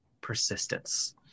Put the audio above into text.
persistence